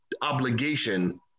obligation